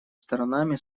сторонами